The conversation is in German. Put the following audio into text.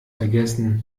vergessen